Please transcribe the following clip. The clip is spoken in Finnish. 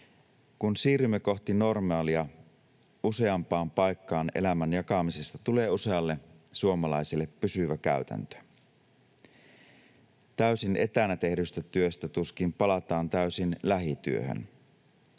Kun siirrymme kohti normaalia, useampaan paikkaan elämän jakamisesta tulee usealle suomalaiselle pysyvä käytäntö. Täysin etänä tehdystä työstä tuskin palataan täysin lähityöhön.